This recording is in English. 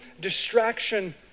distraction